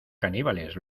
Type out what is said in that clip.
caníbales